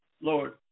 lord